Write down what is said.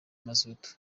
mazutu